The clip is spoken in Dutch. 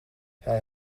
hij